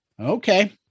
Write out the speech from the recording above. Okay